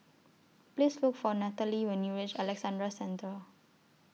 Please Look For Nathaly when YOU REACH Alexandra Central